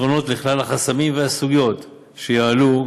פתרונות לכלל החסמים והסוגיות שיעלו,